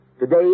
Today